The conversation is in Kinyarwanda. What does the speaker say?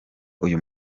uyu